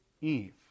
Eve